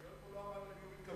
היות שהוא לא אמר למי הוא מתכוון,